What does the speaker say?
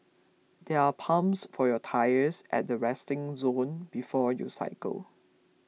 there are pumps for your tyres at the resting zone before you cycle